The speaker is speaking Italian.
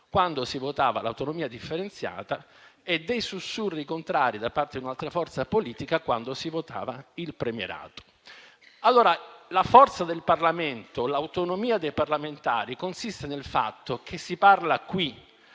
quando si votava l'autonomia differenziata e dei sussurri contrari da parte di un'altra forza politica, quando si votava il premierato. La forza del Parlamento, l'autonomia dei parlamentari, consiste nel fatto che si parla qui